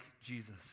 Jesus